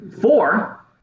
Four